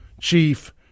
Chief